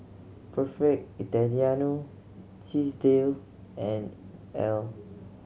Perfect Italiano Chesdale and Elle